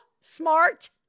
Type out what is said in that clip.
smart